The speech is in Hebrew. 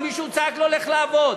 ומישהו צעק לו: לך לעבוד.